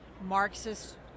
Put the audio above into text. Marxist